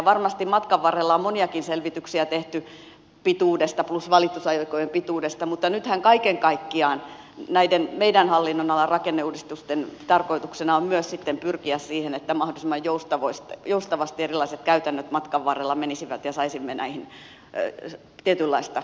varmasti matkan varrella on moniakin selvityksiä tehty pituudesta plus valitusaikojen pituudesta mutta nythän kaiken kaikkiaan näiden meidän hallinnonalan rakenneuudistusten tarkoituksena on myös sitten pyrkiä siihen että mahdollisimman joustavasti erilaiset käytännöt matkan varrella menisivät ja saisimme näihin tietynlaista